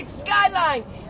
skyline